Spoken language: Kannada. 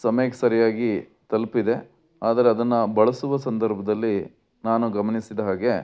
ಸಮಯಕ್ಕೆ ಸರಿಯಾಗಿ ತಲುಪಿದೆ ಆದರೆ ಅದನ್ನು ಬಳಸುವ ಸಂದರ್ಭದಲ್ಲಿ ನಾನು ಗಮನಿಸಿದ ಹಾಗೆ